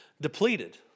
depleted